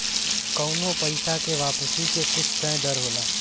कउनो पइसा के वापसी के कुछ तय दर होला